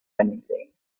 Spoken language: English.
anything